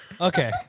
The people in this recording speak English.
Okay